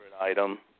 item